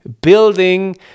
building